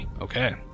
Okay